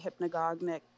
hypnagogic